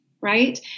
right